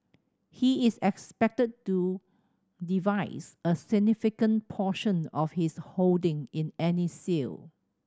he is expected to device a significant portion of his holding in any sale